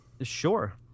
Sure